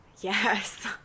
Yes